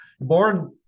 born